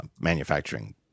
manufacturing